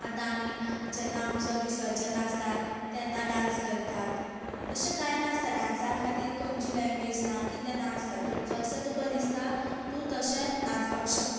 आतां आमी जेन्ना आमचें विसर्जन आसता तेन्ना डांस करतात तशें कांय नासता डांसा खातीर खंयचीय लँग्वेज ना कितें नासता तूं जशें तुका दिसता तूं तशें नाचपाक शकता